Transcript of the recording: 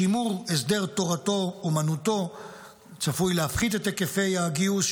שימור הסדר תורתו אומנותו צפוי להפחית את היקפי הגיוס.